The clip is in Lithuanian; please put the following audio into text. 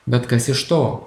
bet kas iš to